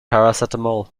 paracetamol